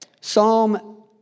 Psalm